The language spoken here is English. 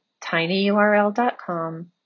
tinyurl.com